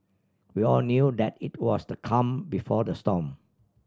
we all knew that it was the calm before the storm